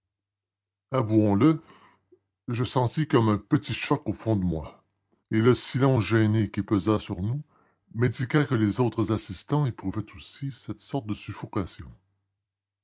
avouons-le je sentis comme un petit choc au fond de moi et le silence gêné qui pesa sur nous m'indiqua que les autres assistants éprouvaient aussi cette sorte de suffocation